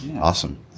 awesome